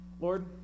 Lord